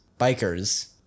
Bikers